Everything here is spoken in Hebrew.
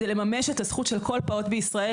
זה לממש את הזכות של כל פעוט בישראל,